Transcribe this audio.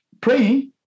praying